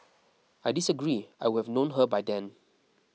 I disagree I would have known her by then